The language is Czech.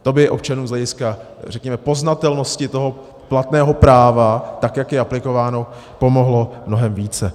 To by občanům z hlediska, řekněme, poznatelnosti toho platného práva, tak jak je aplikováno, pomohlo mnohem více.